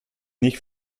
nicht